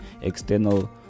external